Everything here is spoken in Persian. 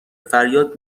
فریاد